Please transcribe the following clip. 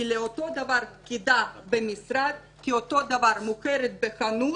כמו שמתייחסים לפקידה במשרד או מוכרת בחנות.